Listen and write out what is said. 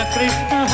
Krishna